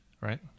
Right